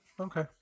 Okay